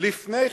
לפני כן,